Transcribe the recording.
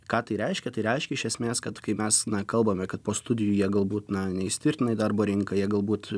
ką tai reiškia tai reiškia iš esmės kad kai mes kalbame kad po studijų jie galbūt na neįsitvirtina į darbo rinkoją jie galbūt